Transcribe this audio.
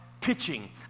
pitching